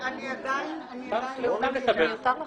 אני עדיין לא מבינה.